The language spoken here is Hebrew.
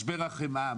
משבר החמאה,